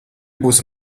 būs